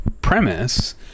premise